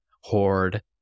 horde